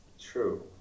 true